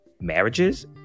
marriages